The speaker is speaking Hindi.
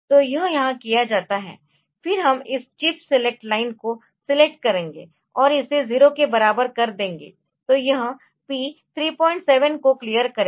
तो यह यहाँ किया जाता है फिर हम इस चिप सेलेक्ट लाइन को सेलेक्ट करेंगे और इसे 0 के बराबर कर देंगे तो यह P 37 को क्लियर करेगा